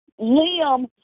Liam